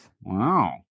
Wow